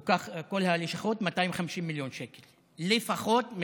או כל הלשכות עולות 250 מיליון שקל לפחות,